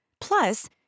Plus